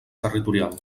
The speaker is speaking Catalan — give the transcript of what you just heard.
territorial